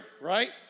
right